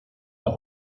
der